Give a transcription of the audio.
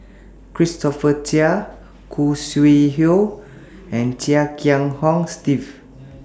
Christopher Chia Khoo Sui Hoe and Chia Kiah Hong Steve